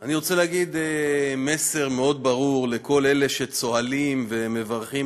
אני רוצה להגיד מסר מאוד ברור לכל אלה שצוהלים ומברכים